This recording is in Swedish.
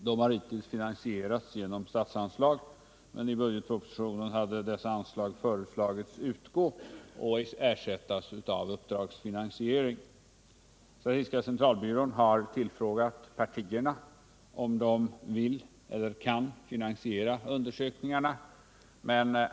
De har hittills finansierats genom statsanslag, men i budgetpropositionen hade dessa anslag föreslagits utgå och ersättas av uppdragsfinansiering. Statistiska centralbyrån har tillfrågat partierna om de vill eller kan finansiera undersökningarna.